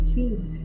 feel